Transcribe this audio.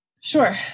Sure